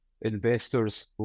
investors